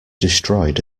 destroyed